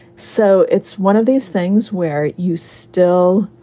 so it's one of these things where you still,